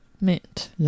mint